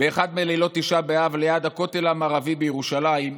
באחד מלילות תשעה באב, ליד הכותל המערבי בירושלים,